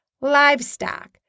livestock